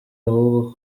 ahubwo